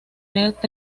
brazos